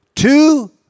Two